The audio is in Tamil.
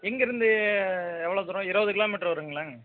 இங்கிருந்து எவ்வளவு தூரம் இருவது கிலோ மீட்ரு வருங்களாங்க